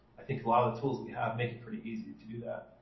i think a lot of tools we have make it pretty easy to do that.